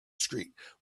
street